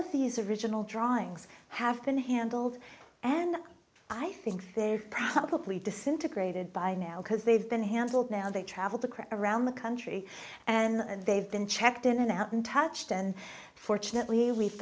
of these original drawings have been handled and i think they're probably disintegrated by now because they've been handled now they travelled across around the country and they've been checked in and out and touched and fortunately we've